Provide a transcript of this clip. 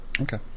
Okay